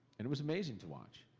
and it was amazing to watch,